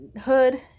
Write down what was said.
hood